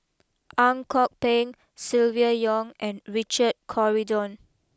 Ang Kok Peng Silvia Yong and Richard Corridon